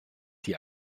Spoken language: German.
die